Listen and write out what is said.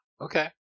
Okay